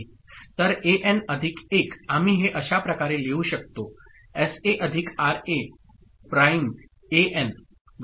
तर एएन अधिक 1 आम्ही हे अशा प्रकारे लिहू शकतो एसए अधिक आरए प्राइम एएन बरोबर